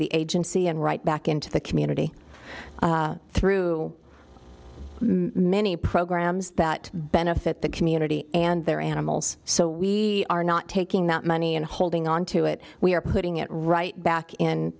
the agency and right back into the community through many programs that benefit the community and their animals so we are not taking that money and holding onto it we are putting it right back